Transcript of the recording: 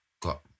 got